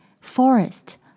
Forest